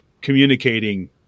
communicating